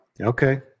Okay